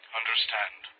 understand